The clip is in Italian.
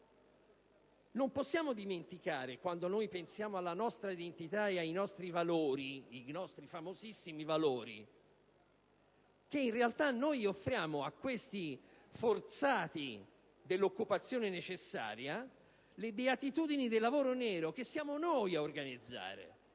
Non possiamo dimenticare, quando noi pensiamo alla nostra identità e ai nostri valori - i nostri famosissimi valori - che in realtà offriamo a questi forzati dell'occupazione necessaria le beatitudini del lavoro nero, che siamo noi a organizzare,